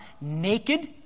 naked